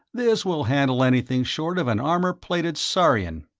this will handle anything short of an armor-plated saurian.